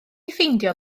ffeindio